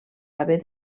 haver